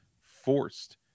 forced